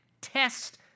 test